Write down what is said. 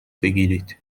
بگیرید